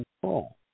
control